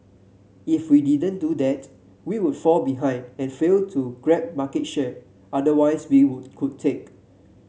if we didn't do that we would fall behind and fail to grab market share otherwise we would could take